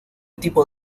tipo